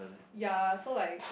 ya so like